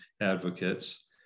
advocates